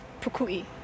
Pukui